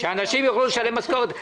כדי שאנשים יוכלו לשלם משכורת?